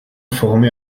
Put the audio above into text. formé